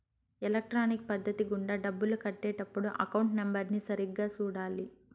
electronic పద్ధతి గుండా డబ్బులు కట్టే టప్పుడు అకౌంట్ నెంబర్ని సరిగ్గా సూడాలి